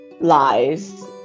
Lies